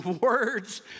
words